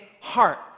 heart